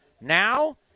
Now